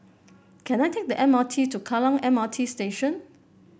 can I take the M R T to Kallang M R T Station